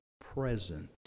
present